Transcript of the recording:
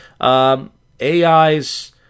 AI's